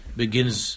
begins